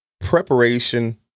preparation